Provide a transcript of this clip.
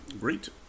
great